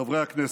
חברי הכנסת,